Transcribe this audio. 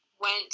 went